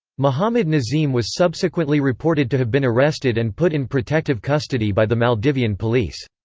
mohamed nazim was subsequently reported to have been arrested and put in protective custody by the maldivian police.